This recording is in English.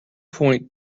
point